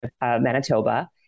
Manitoba